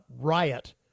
riot